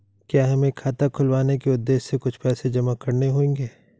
क्या हमें खाता खुलवाने के उद्देश्य से कुछ पैसे जमा करने होंगे?